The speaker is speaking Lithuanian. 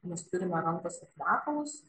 mes turime rankose kvepalus